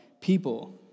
people